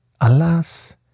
alas